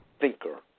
thinker